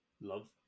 love